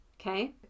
okay